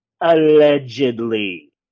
allegedly